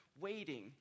waiting